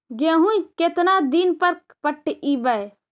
गेहूं केतना दिन पर पटइबै?